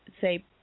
say